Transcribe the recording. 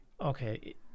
okay